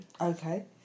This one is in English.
okay